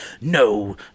no